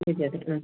ചെയ്ത് തരും ആ